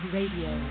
Radio